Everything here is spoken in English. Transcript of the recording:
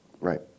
Right